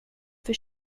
för